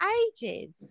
ages